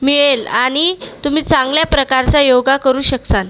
मिळेल आणि तुम्ही चांगल्या प्रकारचा योगा करू शकसाल